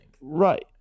right